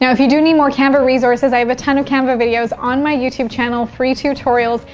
so if you do need more canva resources, i have a ton of canva videos on my youtube channel, free tutorials.